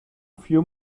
few